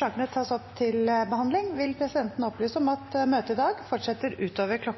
kart tas opp til behandling, vil presidenten opplyse om at møtet i dag fortsetter utover